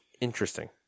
Interesting